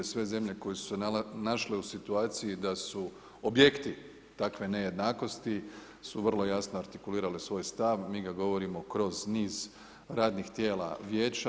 Sve zemlje koje su se našle u situaciji da su objekti takve nejednakosti su vrlo jasno artikulirale svoj stav, mi ga govorimo kroz niz radnih tijela Vijeća.